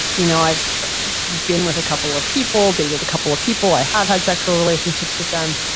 you know i've been with a couple of people, dated a couple of people, i have had sexual relationships with them.